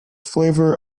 flavour